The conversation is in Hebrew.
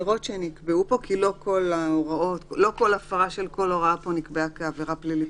לא כל הפרה של כל הוראה פה נקבעה כעברה פלילית.